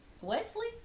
Wesley